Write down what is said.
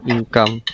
Income